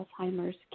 Alzheimer's